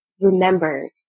remember